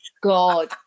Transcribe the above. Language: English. God